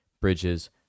Bridges